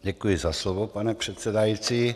Děkuji za slovo, pane předsedající.